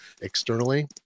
externally